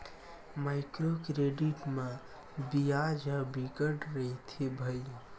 micro credit म बियाज ह बिकट रहिथे भई